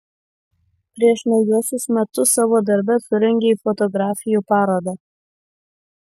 prieš naujuosius metus savo darbe surengei fotografijų parodą